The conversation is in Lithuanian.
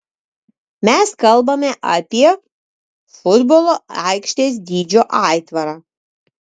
mes kalbame apie futbolo aikštės dydžio aitvarą